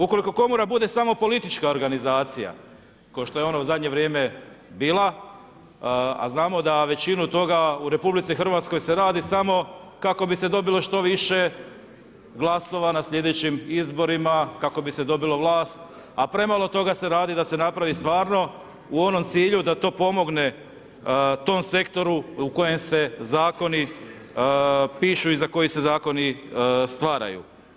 Ukoliko komora bude samo politička organizacija, kao što je ona u zadnje vrijeme bila, a znamo da većinu toga u RH se radi samo kako bi se dobilo što više glasova na sljedećim izborima, kako bi se dobila vlast, a premalo toga se radi da se napravi stvarno u onom cilju da to pomogne tom sektoru u kojem se zakoni pišu i za koji se zakoni stvaraju.